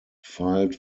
filed